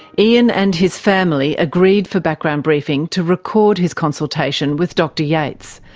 ean and his family agreed for background briefing to record his consultation with dr yates,